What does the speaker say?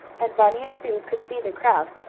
and bunny and sue could see the crowd,